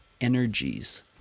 energies